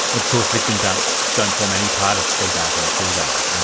of course victims um don't form any part of plea bargains, do they. yeah